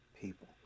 people